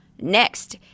Next